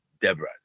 Deborah